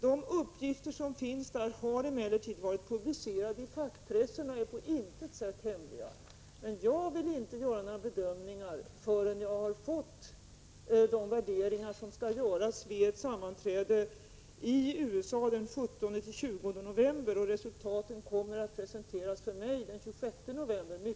Men uppgifterna har varit publicerade i fackpressen och på intet sätt varit hemliga. Jag vill inte göra några bedömningar förrän jag har fått ta del av de värderingar som kommer att göras vid ett sammanträde i USA den 17-20 november. Resultaten kommer att mycket noggrant presenteras för mig den 26 november. Lika Prot.